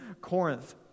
Corinth